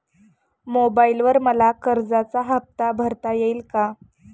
मोबाइलवर मला कर्जाचा हफ्ता भरता येईल का?